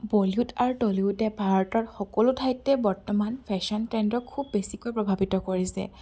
Bollywood আৰু টলিউডে ভাৰতৰ সকলো ঠাইতে বৰ্তমান ফেশ্বন ট্ৰেণ্ডক খুব বেছিকৈ প্ৰভাৱিত কৰিছে